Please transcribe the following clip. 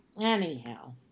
anyhow